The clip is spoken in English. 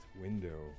window